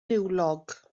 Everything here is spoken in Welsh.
niwlog